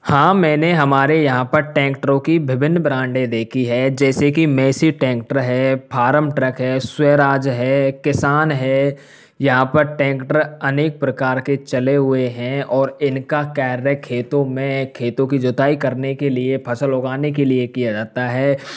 हाँ मैंने हमारे यहाँ पर ट्रैक्टरों की विभिन्न ब्रांडें देखी है जैसे कि मेसी टेंटर है फारम ट्रक है स्वराज है किसान है यहाँ पर टेंटर अनेक प्रकार के चले हुए हैं और इन का कार्य खेतों में खेतों की जुताई करने के लिए फ़सल उगाने के लिए किया जाता है